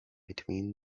between